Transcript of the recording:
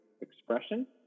expression